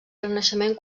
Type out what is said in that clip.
renaixement